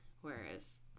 Whereas